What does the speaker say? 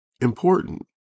important